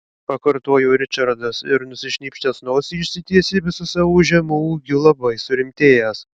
pakartojo ričardas ir nusišnypštęs nosį išsitiesė visu savo žemu ūgiu labai surimtėjęs